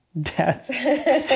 dad's